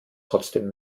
trotzdem